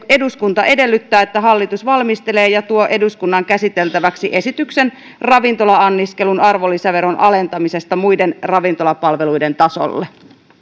eduskunta edellyttää että hallitus valmistelee ja tuo eduskunnan käsiteltäväksi esityksen ravintola anniskelun arvonlisäveron alentamisesta muiden ravintolapalveluiden tasolle